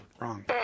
wrong